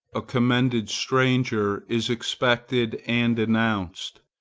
a commended stranger is expected and announced,